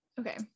Okay